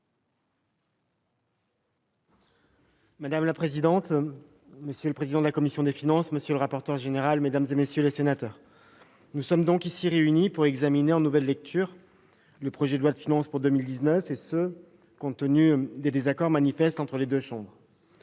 Madame la présidente, monsieur le président de la commission des finances, monsieur le rapporteur général, mesdames, messieurs les sénateurs, nous sommes ici réunis pour examiner, en nouvelle lecture, le projet de loi de finances pour 2019, compte tenu des désaccords manifestes entre les deux chambres.